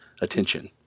attention